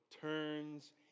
turns